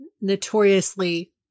notoriously